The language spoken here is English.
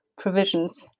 provisions